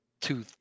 two